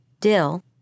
Dill